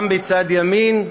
גם בצד ימין,